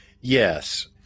Yes